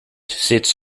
sits